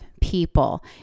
people